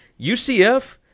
UCF